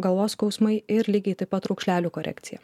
galvos skausmai ir lygiai taip pat raukšlelių korekcija